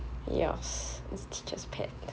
yes is teachers' pet